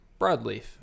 Broadleaf